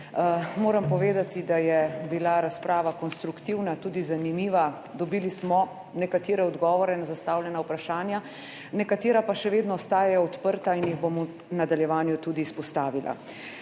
Moram povedati, da je bila razprava konstruktivna, tudi zanimiva, dobili smo nekatere odgovore na zastavljena vprašanja, nekatera pa še vedno ostajajo odprta in jih bom v nadaljevanju tudi izpostavila.